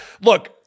look –